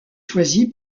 choisie